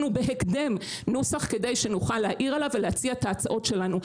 בהקדם נוסח כדי שנוכל להעיר עליו ולהציע את ההצעות שלנו.